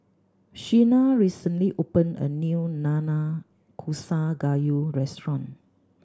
Shenna recently opened a new Nanakusa Gayu restaurant